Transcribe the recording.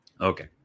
Okay